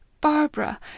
Barbara